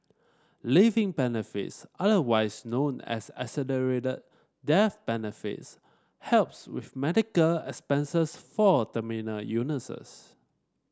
living benefits otherwise known as accelerated death benefits helps with medical expenses for terminal illnesses